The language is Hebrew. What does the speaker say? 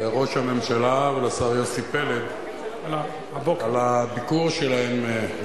לראש הממשלה ולשר יוסי פלד על הביקור שלהם,